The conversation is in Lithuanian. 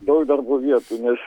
daug darbo vietų nes